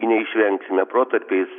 neišvengsime protarpiais